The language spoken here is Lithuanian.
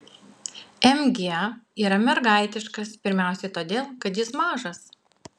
mg yra mergaitiškas pirmiausia todėl kad jis mažas